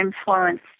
influenced